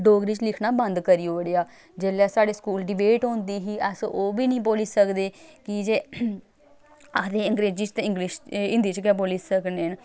डोगरी च लिखना बंद करी ओड़ेआ जेल्लै साढ़े स्कूल डिबेट होंदी ही अस ओह् बी निं बोली सकदे की जे आखदे अंग्रेजी च ते इंग्लिश हिंदी च गै बोली सकने न